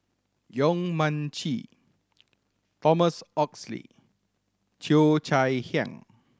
Yong Mun Chee Thomas Oxley Cheo Chai Hiang